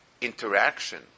interaction